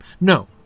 No